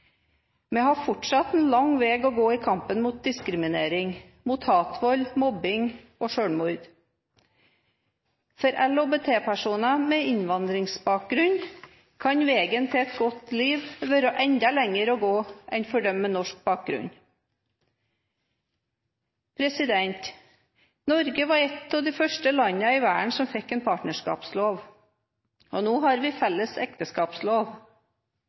Vi har fortsatt en lang vei å gå i kampen mot diskriminering, hatvold, mobbing og selvmord. For LHBT-personer med innvandringsbakgrunn kan veien til et godt liv være enda lengre enn for dem med norsk bakgrunn. Norge var et av de første landene i verden som fikk en partnerskapslov, og nå har vi felles ekteskapslov.